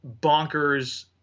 bonkers